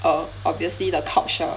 err obviously the couch ah